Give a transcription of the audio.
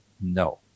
No